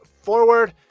Forward